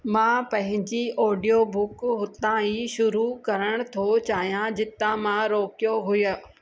मां पंहिंजी audio book हुतां ई शुरू करण थो चाहियां जितां मां रोकियो हुयो